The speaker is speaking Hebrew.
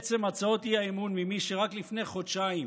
עצם הצעות האי-אמון ממי שרק לפני חודשיים